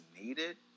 needed